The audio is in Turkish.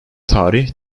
tarih